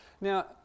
Now